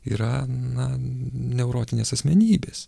yra na neurotinės asmenybės